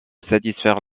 satisfaire